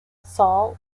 sol